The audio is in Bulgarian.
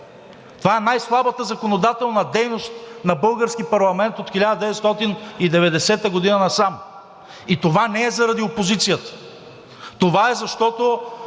Това е най-слабата законодателна дейност на български парламент от 1990 г. насам. И това не е заради опозицията, това е, защото